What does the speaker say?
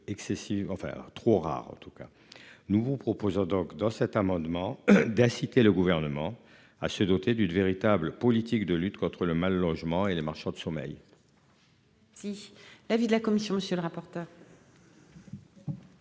excessivement faire trop rare en tout cas nous vous proposons donc dans cet amendement d'inciter le gouvernement à se doter d'une véritable politique de lutte contre le mal logement et les marchands de sommeil. Si l'avis de la commission. Monsieur le rapporteur.